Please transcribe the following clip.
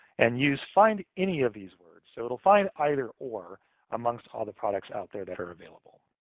and use find any of these words. so it'll find either or amongst all the products out there that are available.